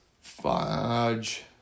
Fudge